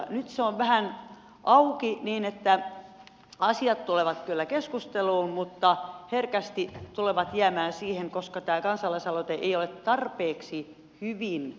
nyt se on vähän auki niin että asiat tulevat kyllä keskusteluun mutta herkästi tulevat jäämään siihen koska tämä kansalaisaloite ei ole tarpeeksi hyvin muotoiltu